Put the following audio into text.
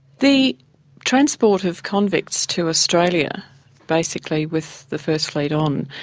the transport of convicts to australia basically with the first fleet on,